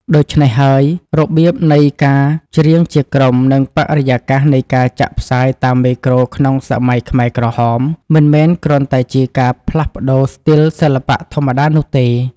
ដូច្នេះហើយ របៀបនៃការច្រៀងជាក្រុម និងបរិយាកាសនៃការចាក់ផ្សាយតាមមេក្រូក្នុងសម័យខ្មែរក្រហម មិនមែនគ្រាន់តែជាការផ្លាស់ប្តូរស្ទីលសិល្បៈធម្មតានោះទេ